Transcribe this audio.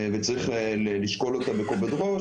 וצריך לשקול אותה בכובד ראש.